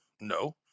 no